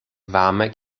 warme